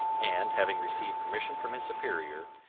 and, having received permission from his superior,